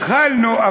עכשיו, התחלנו.